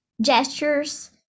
gestures